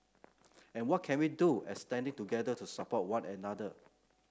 and what can we do as standing together to support one another